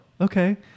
okay